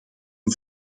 een